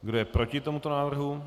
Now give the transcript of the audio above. Kdo je proti tomuto návrhu?